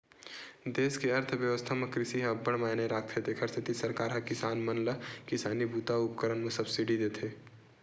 देस के अर्थबेवस्था म कृषि ह अब्बड़ मायने राखथे तेखर सेती सरकार ह किसान मन ल किसानी बूता अउ उपकरन म सब्सिडी देथे